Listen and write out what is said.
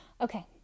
Okay